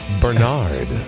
Bernard